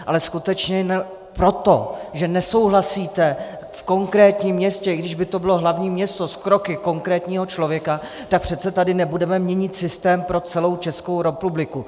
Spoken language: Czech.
Ale skutečně proto, že nesouhlasíte v konkrétním městě, i když by to bylo hlavní město, s kroky konkrétního člověka, tak přece tady nebudeme měnit systém pro celou Českou republiku.